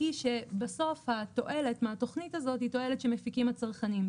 היא שבסוף התועלת מהתוכנית הזאת היא תועלת שמפיקים הצרכנים.